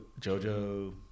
Jojo